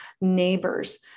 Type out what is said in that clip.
neighbors